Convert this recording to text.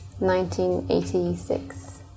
1986